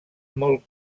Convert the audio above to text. molt